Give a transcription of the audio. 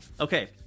Okay